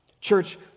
Church